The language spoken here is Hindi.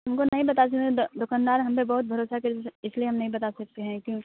तुमको नहीं बता सकते दुकानदार हम पर बहोत भरोसा कर इसलिए हम नहीं बता सकते हैं कि